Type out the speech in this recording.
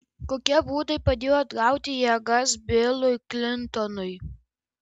kokie būdai padėjo atgauti jėgas bilui klintonui